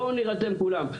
בואו נירתם כולם,